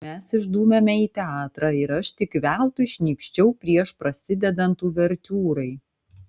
mes išdūmėme į teatrą ir aš tik veltui šnypščiau prieš prasidedant uvertiūrai